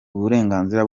uburenganzira